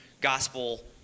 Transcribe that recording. gospel